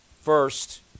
First